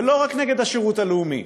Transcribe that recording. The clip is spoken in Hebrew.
ולא רק נגד השירות הלאומי,